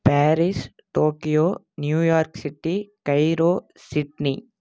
Paris Tokyo New York city Cairo Sydney